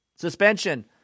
Suspension